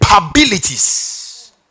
capabilities